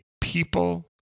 people